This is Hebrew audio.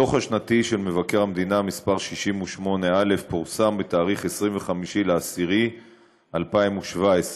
הדוח השנתי של מבקר המדינה מס' 68א פורסם בתאריך 25 באוקטובר 2017,